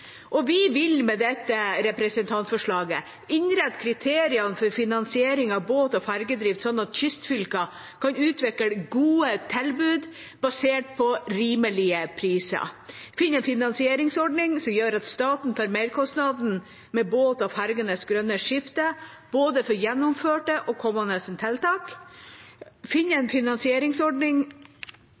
regjeringspartiene. Vi vil med dette representantforslaget innrette kriteriene for finansiering av båt- og fergedrift, sånn at kystfylkene kan utvikle gode tilbud basert på rimelige priser, finne en finansieringsordning som gjør at staten tar merkostnaden for båtene og fergenes grønne skifte for å få gjennomført både det og kommende tiltak, utrede en